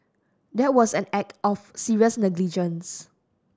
that was an act of serious negligence